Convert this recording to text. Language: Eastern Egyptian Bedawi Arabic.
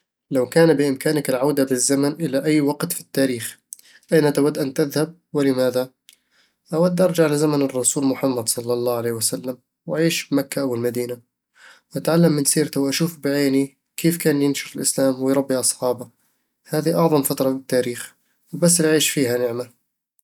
لو كان بإمكانك العودة بالزمن إلى أي وقت في التاريخ، أين تود أن تذهب، ولماذا؟ أود أرجع لزمن الرسول محمد صلى الله عليه وسلم وأعيش بمكة أو المدينة أتعلم من سيرته وأشوف بعيني كيف كان ينشر الإسلام ويربي أصحابه هذي أعظم فترة بالتاريخ، وبس العيش فيها نعمة